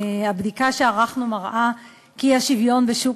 הבדיקה שערכנו מראה כי האי-שוויון בשוק